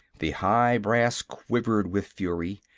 the high brass quivered with fury.